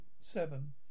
seven